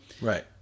Right